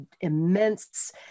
immense